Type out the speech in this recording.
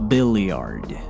Billiard